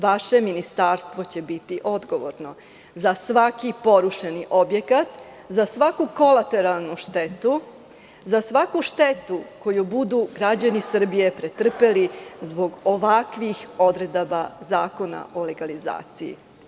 Vaše ministarstvo će biti odgovorno za svaki porušeni objekat, za svaku kolateralnu štetu, za svaku štetu koju budu građani Srbije pretrpeli zbog ovakvih odredaba Zakona o legalizaciji.